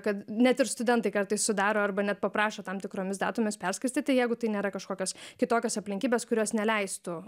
kad net ir studentai kartais sudaro arba net paprašo tam tikromis datomis perskirstyti jeigu tai nėra kažkokios kitokios aplinkybės kurios neleistų